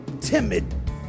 timid